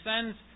sends